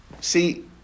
see